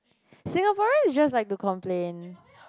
Singaporeans just like to complain